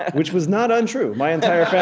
which was not untrue. my entire